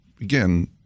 again